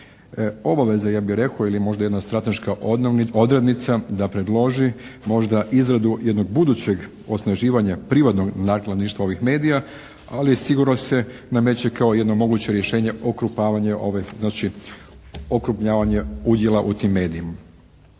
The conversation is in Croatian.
obaveza, ja bih rekao, ili možda jedna strateška odrednica da predloži možda izradu jednog budućeg osnaživanja privatnog nakladništva ovih medija, ali sigurno se nameće kao jedno moguće rješenje okrupnjavanje udjela u tim medijima.